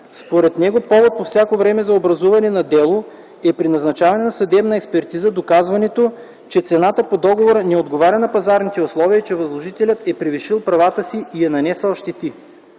Според него повод по всяко време за образуване на дело е при назначаване на съдебна експертиза, доказването, че цената по договора не отговаря на пазарните условия и че възложителят е превишил правата си и е нанесъл щети.